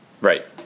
Right